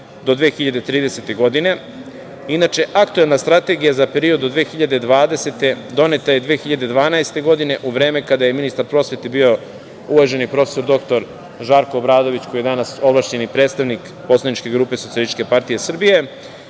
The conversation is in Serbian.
do 2030. godine. Inače, aktuelna strategija za period od 2020. godine, doneta je 2012. godine u vreme kada je ministar prosvete bio uvaženi prof. dr Žarko Obradović, koji je danas ovlašćeni predstavnik poslaničke grupe SPS.Nova strategija